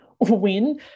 win